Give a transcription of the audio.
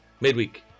mid-week